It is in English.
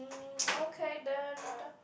mm okay then